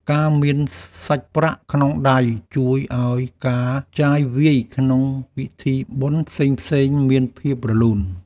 ការមានសាច់ប្រាក់ក្នុងដៃ ជួយឱ្យការចាយវាយក្នុងពិធីបុណ្យផ្សេងៗមានភាពរលូន។